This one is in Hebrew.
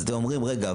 אתם אומרים: רגע,